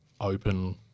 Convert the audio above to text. open